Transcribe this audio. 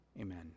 Amen